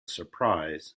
surprise